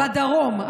בדרום.